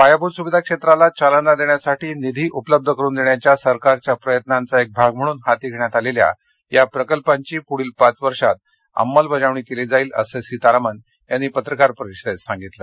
पायाभूत सूविधा क्षेत्राला चालना देण्यासाठी निधी उपलब्ध करून देण्याच्या सरकारच्या प्रयत्नांचा एक भाग म्हणून हाती धेण्यात आलेल्या या प्रकल्पांची पुढील पाच वर्षात अंमलबजावणी केली जाईल असं सीतारामन यांनी पत्रकार परिषदेत सांगितलं